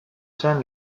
zen